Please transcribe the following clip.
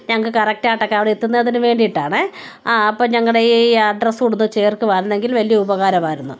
ഞങ്ങൾക്ക് കറക്ടായിട്ടൊക്കെ അവിടെ എത്തുന്നതിനു വേണ്ടിയിട്ടാണെങ്കിൽ ആ അപ്പം ഞങ്ങളുടെ ഈ അഡ്രസ്സും കൂടെ ഒന്ന് ചേർക്കുകയായിരുന്നെങ്കിൽ വലിയ ഉപകാരമായിരുന്നു